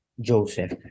Joseph